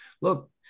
Look